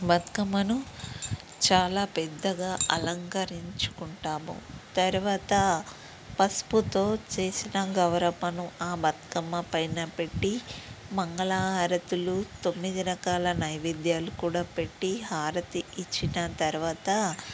బతుకమ్మను చాలా పెద్దగా అలంకరించుకుంటాము తర్వాత పసుపుతో చేసిన గౌరమ్మను ఆ బతుకమ్మ పైన పెట్టి మంగళ హారతులు తొమ్మిది రకాల నైవేద్యాలు కూడా పెట్టి హారతి ఇచ్చిన తర్వాత